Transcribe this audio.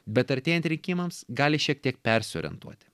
bet artėjant rinkimams gali šiek tiek persiorientuoti